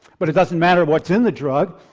but it doesn't matter what's in the drug,